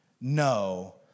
no